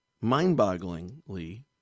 mind-bogglingly